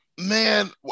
Man